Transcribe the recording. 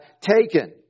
taken